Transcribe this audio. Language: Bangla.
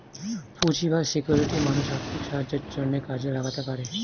পুঁজি বা সিকিউরিটি মানুষ আর্থিক সাহায্যের জন্যে কাজে লাগাতে পারে